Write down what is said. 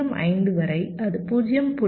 5 வரை அது 0